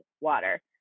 water